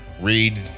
read